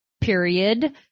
period